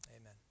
Amen